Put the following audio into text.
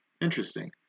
Interesting